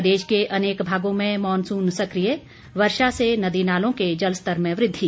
प्रदेश के अनेक भागों में मॉनसून सक्रिय वर्षा से नदी नालों के जलस्तर में वृद्धि